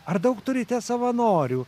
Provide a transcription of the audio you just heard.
ar daug turite savanorių